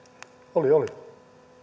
oli oli